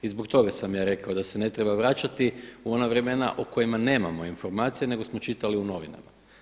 I zbog toga sam ja rekao da se ne treba vraćati u ona vremena o kojima nemamo informacije, nego smo čitali u novinama.